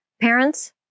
Parents